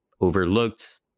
overlooked